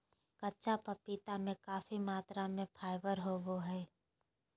कच्चा पपीता में काफी मात्रा में फाइबर होबा हइ